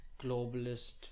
globalist